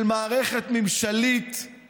של מערכת ממשלתית